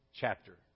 chapter